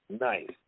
Nice